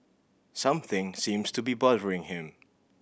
something seems to be bothering him